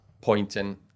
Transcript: pointing